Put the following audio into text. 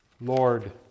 Lord